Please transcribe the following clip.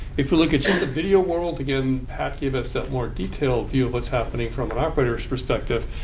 if we look at just the video world, again, pat gave us that more detailed view of what's happening from an operator's perspective.